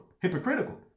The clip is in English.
hypocritical